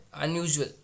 unusual